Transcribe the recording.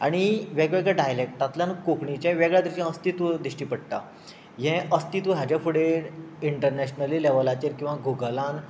आनी वेगवेगळ्या डायलेक्टांतल्यान कोंकणीचें वेगळ्या तरेचें अस्तित्व दिश्टी पडटा हें अस्तत्व हाच्या फुडें इंटरनॅशनल लेवलाचेर वा गुगलांत